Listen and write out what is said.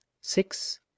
Six